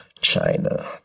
China